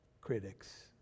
critics